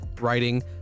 writing